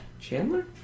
Chandler